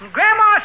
Grandma